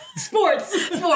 Sports